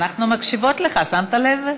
אנחנו מקשיבות לך, שמת לב?